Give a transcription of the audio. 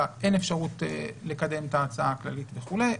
אין אפשרות לקדם את ההצעה הכללית וכולי,